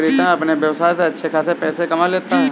प्रीतम अपने व्यवसाय से अच्छे खासे पैसे कमा लेता है